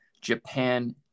Japan